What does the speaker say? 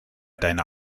deiner